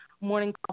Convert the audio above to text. morning